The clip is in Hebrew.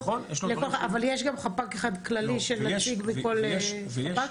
אבל יש גם חפ"ק אחד כללי של נציג מכל חפ"ק?